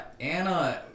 Anna